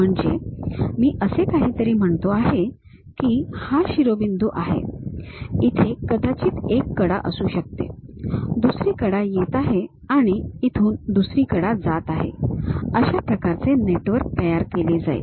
म्हणजे मी असे काहीतरी म्हणतो आहे की हा शिरोबिंदू आहे इथे कदाचित एक कडा असू शकते दुसरी कडा येत आहे आणि इथून दुसरी कडा जात आहे अशा प्रकारे नेटवर्क तयार केले जाईल